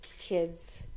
kids